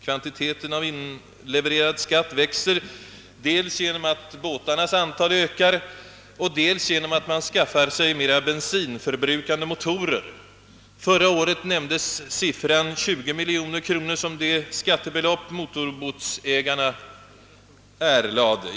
Kvantiteten av inlevererad skatt växer dels genom att båtarnas antal alltså ökar, dels genom att folk skaffar sig mera bensinförbrukande motorer. Förra året nämndes siffran 20 mil joner kronor som det skattebelopp motorbåtsägarna erlade.